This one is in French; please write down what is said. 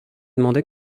demander